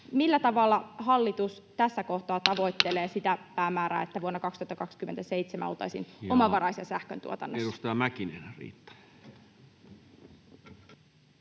Millä tavalla hallitus tässä kohtaa tavoittelee sitä päämäärää, että vuonna 2027 oltaisiin omavaraisia sähkön tuotannossa? Ja edustaja Mäkinen, Riitta.